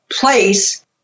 place